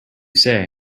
say